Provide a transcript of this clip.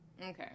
Okay